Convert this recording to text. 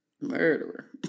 Murderer